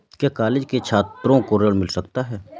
क्या कॉलेज के छात्रो को ऋण मिल सकता है?